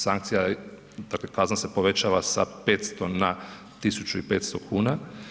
Sankcija, dakle kazna se povećava sa 500 na 1500 kuna.